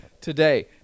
today